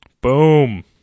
Boom